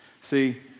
See